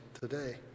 today